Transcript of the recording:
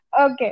Okay